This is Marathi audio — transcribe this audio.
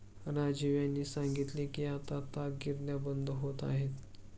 राजीव यांनी सांगितले की आता ताग गिरण्या बंद होत आहेत